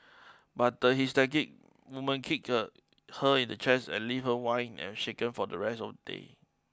but the hysterical woman kicked her in the chest leaving her winded and shaken for the rest of the day